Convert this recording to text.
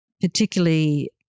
particularly